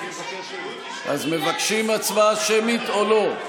אז מבקשים הצבעה שמית או לא?